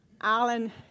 Alan